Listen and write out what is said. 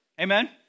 Amen